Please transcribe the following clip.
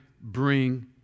bring